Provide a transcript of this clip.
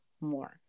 more